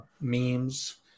memes